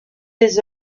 des